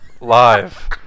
live